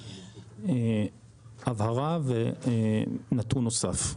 הבהרה, ונתון נוסף.